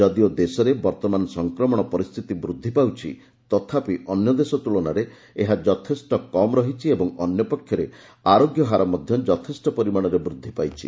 ଯଦିଓ ଦେଶରେ ବର୍ତ୍ତମାନ ସଂକ୍ରମଣ ପରିସ୍ଥିତି ବୃଦ୍ଧି ପାଉଛି ତଥାପି ଅନ୍ୟ ଦେଶ ତୁଳନାରେ ଏହା ଯଥେଷ୍ଟ କମ୍ ରହିଛି ଏବଂ ଅନ୍ୟପକ୍ଷରେ ଆରୋଗ୍ୟ ହାର ମଧ୍ୟ ଯଥେଷ୍ଟ ପରିମାଣରେ ବୃଦ୍ଧି ପାଇଛି